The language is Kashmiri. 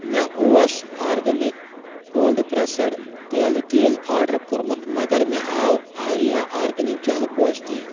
مےٚ اوس آرگینِک کولڈ پرٚٮ۪سڈ تیلہٕ تیٖل آرڈر کوٚرمُت مگر مےٚ آو آریٖا آرگینِک جلہٕ گوزٕ تیٖل